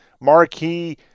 marquee